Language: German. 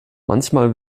manchmal